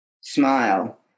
smile